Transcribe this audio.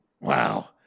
Wow